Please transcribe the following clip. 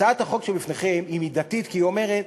הצעת החוק שבפניכם היא מידתית, כי היא אומרת